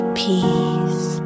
peace